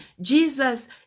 Jesus